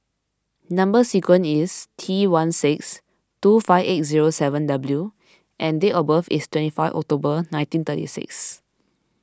Number Sequence is T one six two five eight zero seven W and date of birth is twenty five October nineteen thirty six